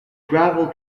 gravel